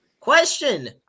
Question